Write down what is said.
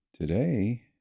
Today